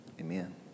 Amen